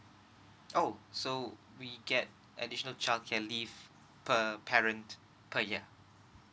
oh so we get additional childcare leave per parent per year